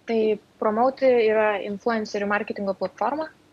tai promauti yra influencerių marketingo platforma